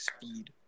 speed